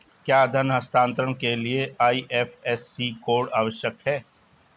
क्या धन हस्तांतरण के लिए आई.एफ.एस.सी कोड आवश्यक है?